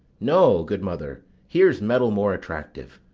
no, good mother, here's metal more attractive.